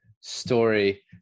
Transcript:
story